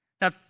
Now